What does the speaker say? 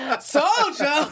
Soldier